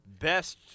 Best